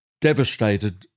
Devastated